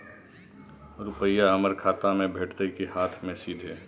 रुपिया हमर खाता में भेटतै कि हाँथ मे सीधे?